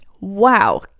Wow